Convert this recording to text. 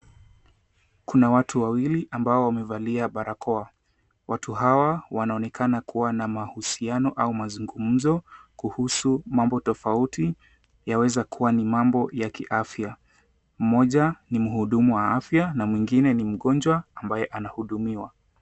Kuna watu wawili ambao wamevalia barakoa, watu hawa wanaonekana kuwa na mahusiano au mazungumuzo kuhusu mambo tofauti yaweza kuwa ni mambo ya ki afya mmoja ni muhudumu wa afya na mwingine ni mgonjwa ambaye anahudumiwa.